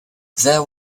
there